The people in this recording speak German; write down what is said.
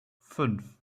fünf